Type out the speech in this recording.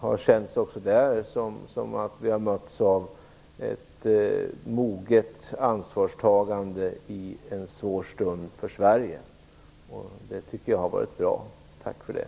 Det har också där känts som att vi har mötts av ett moget ansvarstagande i en svår stund för Sverige, och det tycker jag har varit bra. Tack för det!